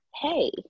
Hey